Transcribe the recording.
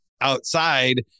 outside